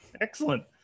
excellent